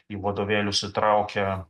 į vadovėlius įtraukia